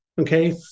okay